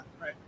Right